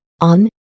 on